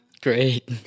Great